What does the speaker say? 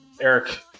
Eric